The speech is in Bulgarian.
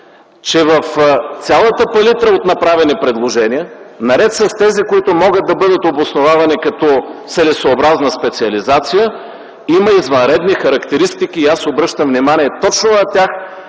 че в цялата палитра от направени предложения, наред с тези, които могат да бъдат обосновавани като целесъобразна специализация, има извънредни характеристики и аз обръщам внимание точно на тях